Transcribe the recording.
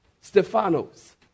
Stephanos